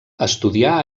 estudià